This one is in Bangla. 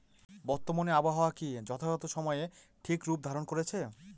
বর্তমানে আবহাওয়া কি যথাযথ সময়ে সঠিক রূপ ধারণ করছে?